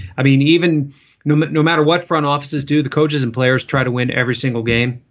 i mean, even know that no matter what front offices do, the coaches and players try to win every single game.